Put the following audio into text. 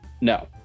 No